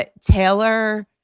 Taylor